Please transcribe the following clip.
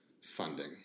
funding